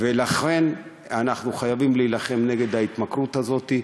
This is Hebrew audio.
לכן אנחנו חייבים להילחם נגד ההתמכרות הזאת.